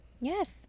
Yes